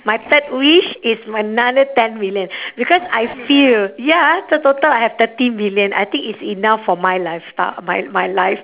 my third wish is another ten million because I feel ya so total I have thirty million I think it's enough for my lifestyle my my life